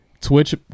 twitch